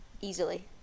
Easily